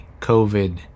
COVID